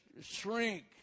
shrink